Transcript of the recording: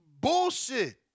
bullshit